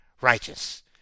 righteous